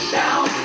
down